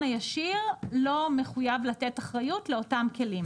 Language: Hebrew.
הישיר לא מחויב לתת אחריות לאותם כלים?